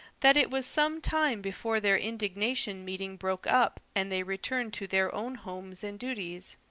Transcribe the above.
that it was some time before their indignation meeting broke up and they returned to their own homes and duties.